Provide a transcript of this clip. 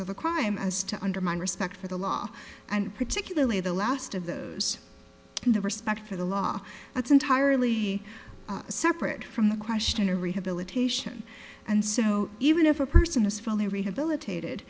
the crime as to undermine respect for the law and particularly the last of those in the respect for the law that's entirely separate from the question or rehabilitation and so even if a person is fully rehabilitated